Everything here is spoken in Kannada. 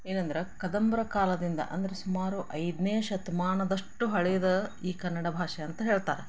ಏನಂದ್ರೆ ಕದಂಬರ ಕಾಲದಿಂದ ಅಂದರೆ ಸುಮಾರು ಐದನೇ ಶತಮಾನದಷ್ಟು ಹಳೇ ಈ ಕನ್ನಡ ಭಾಷೆ ಅಂತ ಹೇಳ್ತಾರೆ